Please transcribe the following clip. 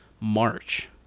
March